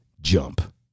jump